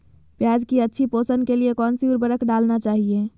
प्याज की अच्छी पोषण के लिए कौन सी उर्वरक डालना चाइए?